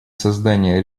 создания